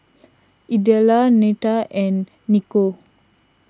Idella Neta and Niko